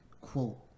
quote